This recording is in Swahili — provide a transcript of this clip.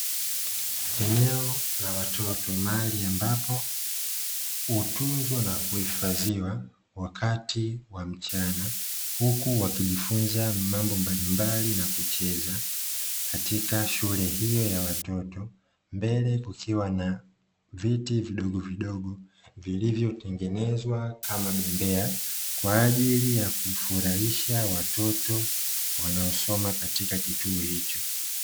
Eneo la watoto mali ambapo utunzwa na uhifadhiwa wakati wa mchana, huku wakijifunza mambo mbalimbali na kucheza katika shule hiyo ya watoto, mbele kukiwa na viti vidogovidogo vilivyotengenezwa kama bembea kwa ajili ya kufurahisha watoto wanaosoma katika, kituo hicho.